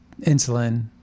insulin